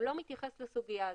הוא לא מתייחס לסוגיה הזאת.